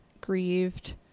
grieved